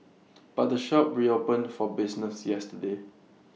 but the shop reopened for business yesterday